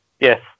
yes